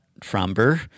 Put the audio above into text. Fromber